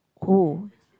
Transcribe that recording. cool